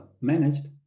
managed